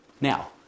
Now